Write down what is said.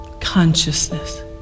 consciousness